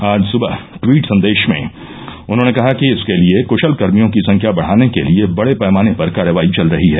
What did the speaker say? आज सुबह ट्वीट संदेश में उन्होंने कहा कि इसके लिए कुशल कर्मियों की संख्या बढ़ाने के लिए बड़े पैमाने पर कार्रवाई चल रही है